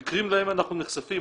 המקרים להם אנחנו נחשפים,